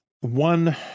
one